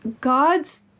God's